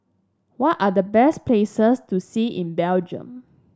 what are the best places to see in Belgium